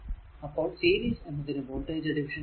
അപ്പോൾ സീരീസ് എന്നതിന് voltage division ആയിരുന്നു